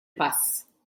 pass